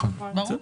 ברור.